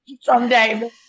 someday